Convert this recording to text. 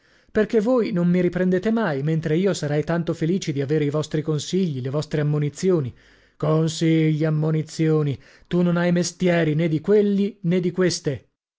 perchè voi non mi riprendete mai mentre io sarei tanto felice di avere i vostri consigli le vostre ammonizioni consigli ammonizioni tu non hai mestieri nè di quelli nè di queste